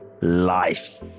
life